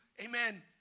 amen